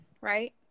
right